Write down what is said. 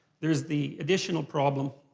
there's the additional problem,